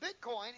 Bitcoin